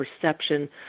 perception